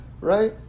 Right